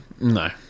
no